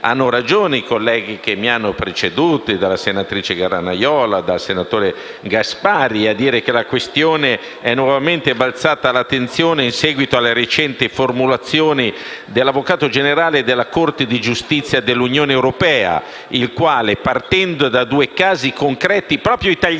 Hanno ragione i colleghi che mi hanno preceduto - dalla senatrice Granaiola al senatore Gasparri - a dire che la questione è nuovamente balzata all'attenzione in seguito alle recenti formulazioni dell'avvocato generale della Corte di giustizia dell'Unione europea, il quale, partendo proprio da due casi concreti italiani,